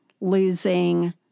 losing